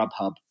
Grubhub